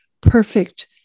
perfect